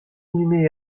inhumé